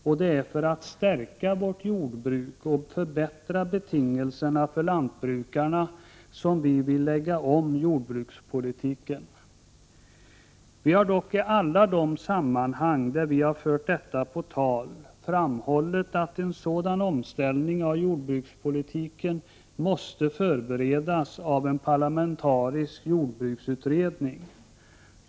Och det är för att stärka vårt jordbruk och förbättra betingelserna för lantbrukarna som vi vill lägga om jordbrukspolitiken. Vi har dock i alla sammanhang där vi fört detta på tal framhållit att en sådan omställning av jordbrukspolitiken måste förberedas av en parlamentarisk jordbruksutredning.